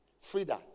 Frida